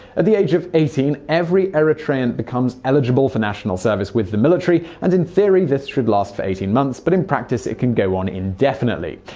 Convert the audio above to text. at the age of eighteen every eritrean becomes eligible for national service with the military. and in theory this should last for eighteen months, but in practice it can go on indefinitely.